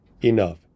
enough